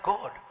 God